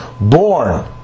born